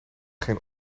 geen